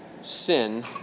sin